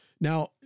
Now